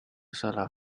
solar